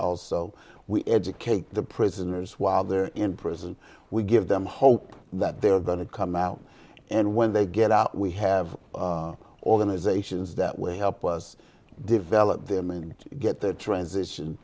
also we educate the prisoners while they're in prison we give them hope that they're going to come out and when they get out we have organizations that will help us develop them and get their transition